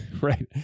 right